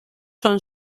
son